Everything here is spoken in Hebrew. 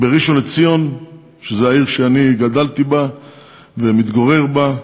בראשון-לציון, שזו העיר שאני גדלתי בה ומתגורר בה,